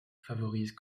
favorise